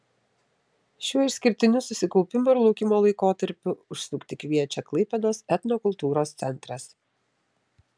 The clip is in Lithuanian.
šiuo išskirtiniu susikaupimo ir laukimo laikotarpiu užsukti kviečia klaipėdos etnokultūros centras